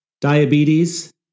diabetes